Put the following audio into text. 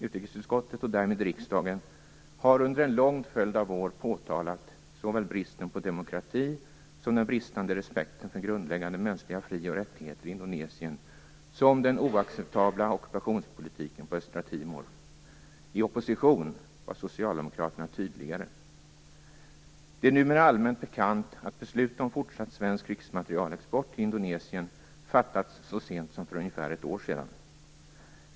Utrikesutskottet och därmed riksdagen har under en lång följd av år påtalat såväl bristen på demokrati som den bristande respekten för grundläggande mänskliga fri och rättigheter i Indonesien som den oacceptabla ockupationspolitiken på östra Timor. I opposition var Socialdemokraterna tydligare. Det är numera allmänt bekant att beslut om fortsatt svensk krigsmaterielexport till Indonesien fattats så sent som för ungefär ett år sedan.